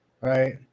right